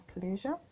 pleasure